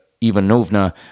Ivanovna